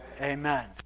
amen